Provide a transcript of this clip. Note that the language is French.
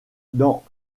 dans